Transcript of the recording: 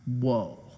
Whoa